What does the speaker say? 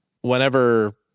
whenever